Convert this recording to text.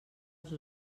els